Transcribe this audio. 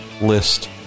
list